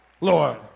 Lord